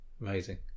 Amazing